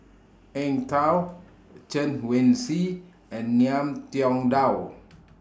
Eng Tow Chen Wen Hsi and Ngiam Tong Dow